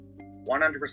100%